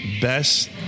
best